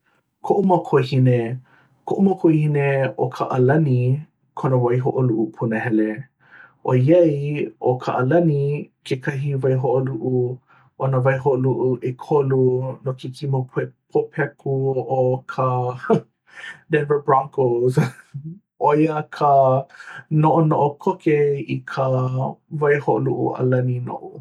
koʻu makuahine koʻu makuahine ʻo ka ʻalani kona waihoʻoluʻu punahele. ʻoiai ʻo ka ʻalani kekahi waihoʻoluʻu o nā waihoʻoluʻu ʻekolu no ke kime popōpeku ʻo ka denver broncos ʻoia ka noʻonoʻo koke i ka waihoʻoluʻu ʻalani noʻu.